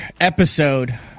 episode